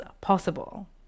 possible